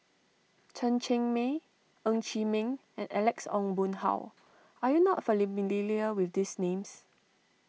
Chen Cheng Mei Ng Chee Meng and Alex Ong Boon Hau are you not with these names